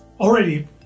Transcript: already